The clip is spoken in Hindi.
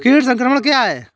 कीट संक्रमण क्या है?